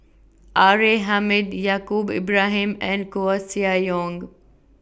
R A Hamid Yaacob Ibrahim and Koeh Sia Yong